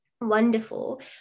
wonderful